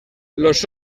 los